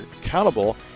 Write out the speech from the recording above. accountable